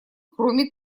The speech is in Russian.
кроме